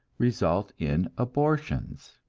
result in abortions.